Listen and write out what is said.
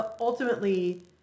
ultimately